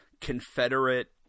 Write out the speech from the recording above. confederate